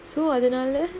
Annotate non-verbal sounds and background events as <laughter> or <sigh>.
so அதுனால:athunaala <noise>